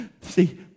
See